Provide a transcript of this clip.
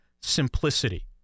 simplicity